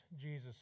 Jesus